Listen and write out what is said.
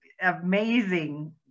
amazing